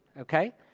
okay